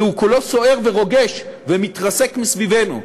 והוא כולו סוער ורוגש ומתרסק מסביבנו,